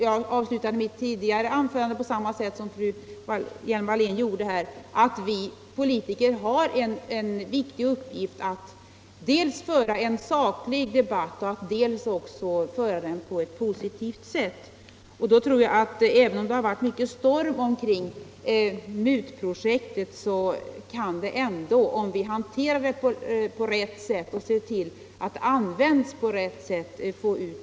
Jag avslutade mitt tidigare anförande med att säga samma sak som fru Hjelm-Wallén framhöll här, nämligen att vi politiker har en viktig uppgift — att dels föra en saklig debatt, dels föra den på ett positivt sätt. Även om det har varit storm kring MUT-projektet, tror jag att